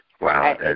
Wow